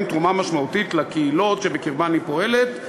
תרומה משמעותית לקהילות שבקרבן היא פועלת,